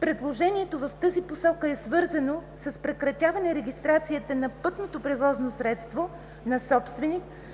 Предложението в тази посока е свързано с прекратяване регистрацията на пътното превозно средство на собственик,